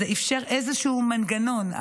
זה אפשר איזשהו מנגנון,